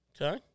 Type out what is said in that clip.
Okay